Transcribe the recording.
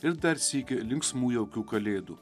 ir dar sykį linksmų jaukių kalėdų